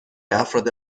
افراد